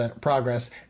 progress